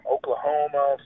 Oklahoma